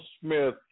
Smith